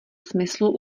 smyslu